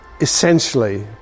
essentially